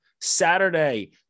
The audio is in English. Saturday